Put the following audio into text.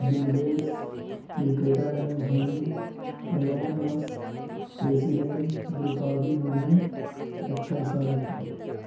bill Gates cricketer M S Dhoni Elon Musk president Droupadi Murmu actor Shah Rukh Khan